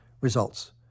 Results